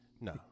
no